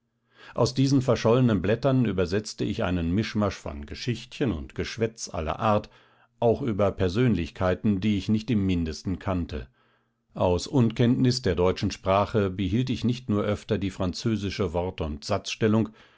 aus diesen verschollenen blättern übersetzte ich einen mischmasch von geschichtchen und geschwätz aller art auch über persönlichkeiten die ich nicht im mindesten kannte aus unkenntnis der deutschen sprache behielt ich nicht nur öfter die französische wort und